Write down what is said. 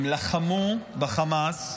הם לחמו בחמאס.